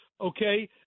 okay